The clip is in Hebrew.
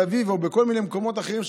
אביב או בכל מיני מקומות אחרים שראינו,